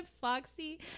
Foxy